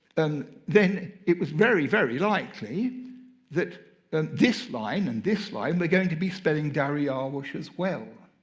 and then it was very, very likely that and this line and this line were going to be spelling dariush. as well.